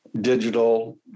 digital